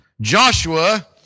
Joshua